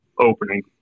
opening